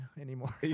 anymore